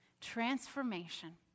transformation